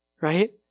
Right